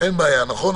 אין בעיה, נכון?